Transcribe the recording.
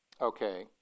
Okay